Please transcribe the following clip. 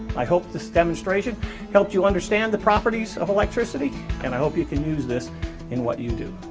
i hope this demonstration help you understand the properties of electricity and i hope you can use this in what you do.